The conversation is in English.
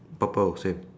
purple same